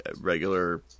regular